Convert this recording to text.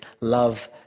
love